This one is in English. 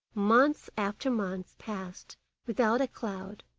month after month passed without a cloud,